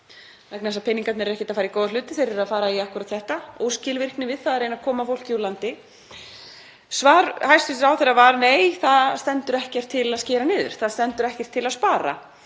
vegna þess að peningarnir fara ekki í góða hluti. Þeir fara í akkúrat þetta, óskilvirkni við að reyna að koma fólki úr landi. Svar hæstv. ráðherra var: Nei, það stendur ekkert til að skera niður, það stendur ekkert til að spara,